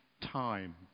time